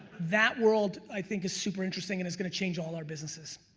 that world i think is super interesting and it's gonna change all our businesses,